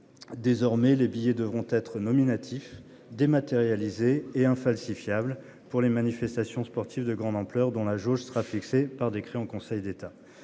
Désormais les billets devront être nominatif dématérialisée et infalsifiable pour les manifestations sportives de grande ampleur, dont la jauge sera fixée par décret en Conseil d'État.